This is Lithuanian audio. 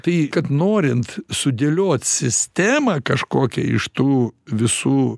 tai kad norint sudėliot sistemą kažkokią iš tų visų